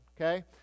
okay